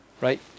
right